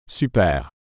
Super